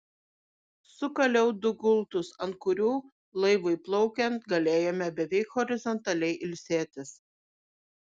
sukaliau du gultus ant kurių laivui plaukiant galėjome beveik horizontaliai ilsėtis